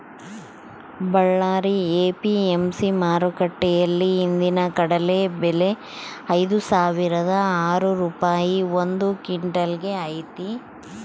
Ballari APMC ಮಾರುಕಟ್ಟೆಯಲ್ಲಿ ಇಂದಿನ ಕಡಲೆ ಬೆಲೆ ಐದುಸಾವಿರದ ಆರು ರೂಪಾಯಿ ಒಂದು ಕ್ವಿನ್ಟಲ್ ಗೆ ಐತೆ